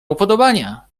upodobania